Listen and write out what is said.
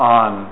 on